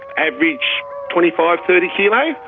average twenty five, thirty kilos,